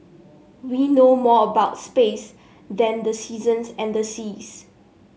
we know more about space than the seasons and the seas